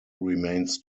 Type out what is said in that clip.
remains